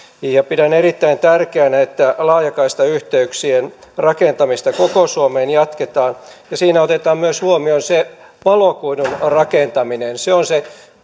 pidän erittäin tärkeänä että laajakaistayhteyksien rakentamista koko suomeen jatketaan ja siinä otetaan myös huomioon se valokuidun rakentaminen se valokuitu on se